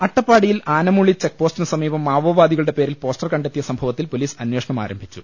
അട്ടപ്പാടിയിൽ ആനമൂളി ചെക്ക് പോസ്റ്റിന് സമീപം മാവോ വാദികളുടെ പേരിൽ പോസ്റ്റർ കണ്ടെത്തിയ സംഭവത്തിൽ പൊലീസ് അന്വേഷണം ആരംഭിച്ചു